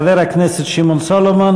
חבר הכנסת שמעון סולומון,